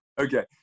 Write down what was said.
Okay